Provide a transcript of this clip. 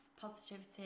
positivity